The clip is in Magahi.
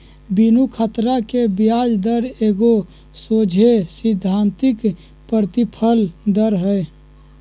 बिनु खतरा के ब्याज दर एगो सोझे सिद्धांतिक प्रतिफल दर हइ